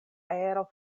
aero